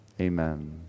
Amen